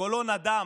קולו נדם.